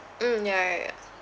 mm ya ya ya